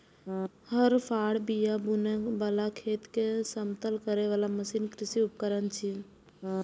हर, फाड़, बिया बुनै बला, खेत कें समतल करै बला मशीन कृषि उपकरण छियै